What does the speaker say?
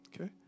Okay